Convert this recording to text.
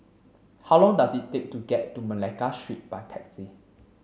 how long does it take to get to Malacca Street by taxi